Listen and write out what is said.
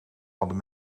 hadden